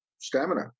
stamina